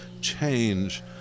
change